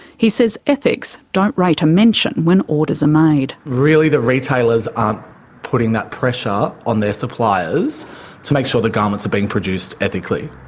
he says ethics don't rate a mention when orders are made. really the retailers aren't putting that pressure on their suppliers to make sure the garments are being produced ethically.